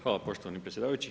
Hvala poštovani predsjedavajući.